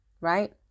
right